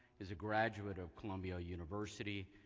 he's a graduate of columbia university,